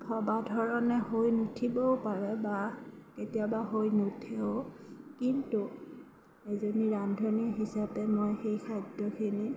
ভবা ধৰণে হৈ নুঠিবও পাৰে বা কেতিয়াবা হৈ নুঠেও কিন্তু এজনী ৰান্ধনী হিচাপে মই সেই খাদ্য়খিনি